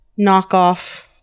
knockoff